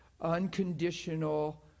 unconditional